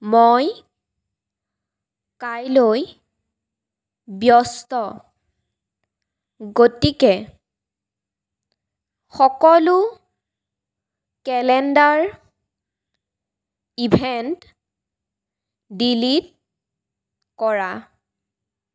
মই কাইলৈ ব্যস্ত গতিকে সকলো কেলেণ্ডাৰ ইভেন্ট ডিলিট কৰা